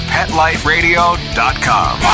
PetLifeRadio.com